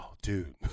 dude